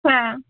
হ্যাঁ